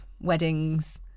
weddings